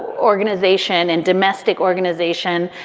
organization and domestic organization.